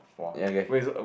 ya okay